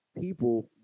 people